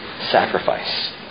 sacrifice